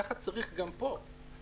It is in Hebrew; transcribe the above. ככה צריך גם בתחום התבואות.